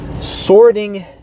Sorting